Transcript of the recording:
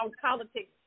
politics